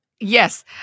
Yes